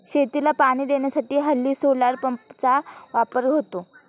शेतीला पाणी देण्यासाठी हल्ली सोलार पंपचा वापर होतो